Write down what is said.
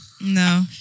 No